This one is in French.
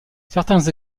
certains